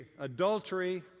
adultery